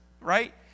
right